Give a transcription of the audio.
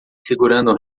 segurando